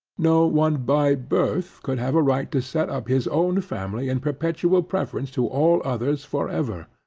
no one by birth could have a right to set up his own family in perpetual preference to all others for ever,